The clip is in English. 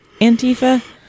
Antifa